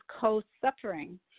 co-suffering